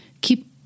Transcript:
keep